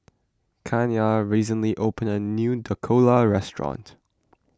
Kianna recently opened a new Dhokla restaurant